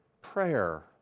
Prayer